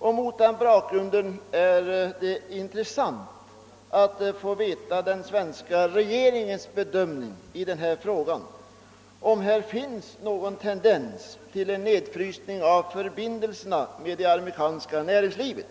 Med hänsyn härtill vore det intressant att få höra hur den svenska regeringen bedömer denna fråga och om det finns någon tendens till nedfrysning av förbindelserna med det amerikanska nä ringslivet.